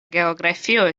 geografio